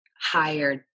hired